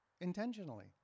intentionally